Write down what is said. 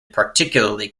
particularly